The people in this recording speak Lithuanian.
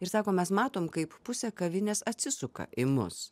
ir sako mes matom kaip pusė kavinės atsisuka į mus